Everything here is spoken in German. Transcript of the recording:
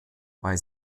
weil